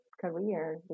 career